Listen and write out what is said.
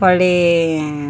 ಹೊಳ್ಳೀ